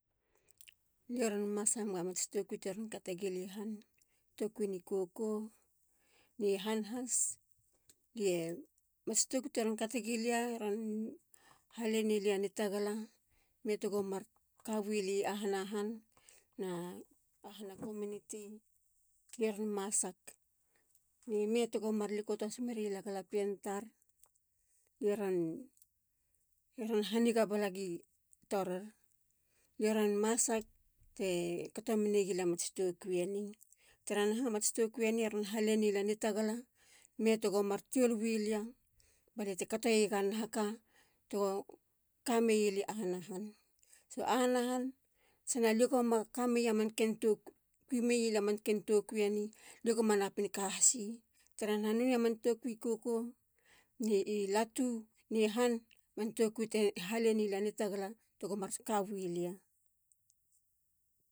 Lie ron masa mega mats tokui teron kategili ham. tokui ni koko. ni han has. lie. mats tokui teron kategilia. halenelia nitagala. ime tego markawilia. i ahana han ni ahana community. lie ron masak. ni me tego mar likoto has mereyi lia galapien tar. lie ron haniga balagi taren. lie ron masak te kato menegilia mats tokui eni tara naha. mats tokui eni ron halenelia nitagala. ime tego mar tiol wilia. baliate kate yega manka tego kamelia i ahana han. so i ahana han sana lie go ma kameyia. kuimeya lia manken tokui eni lie go manapin kahasyi tara naha nonei a man tokuin koko i latu. ne i han. man tokui te halelia nitagala tego marka wilia.